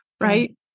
Right